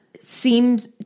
seems